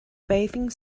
bathing